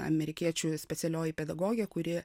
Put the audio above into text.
amerikiečių specialioji pedagogė kuri